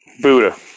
Buddha